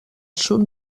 sud